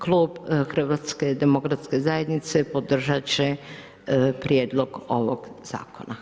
Klub HDZ-a podržati će prijedlog ovog zakona.